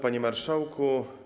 Panie Marszałku!